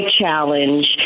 challenge